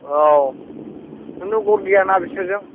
औ खुनु गत गैया ना बिसोरजों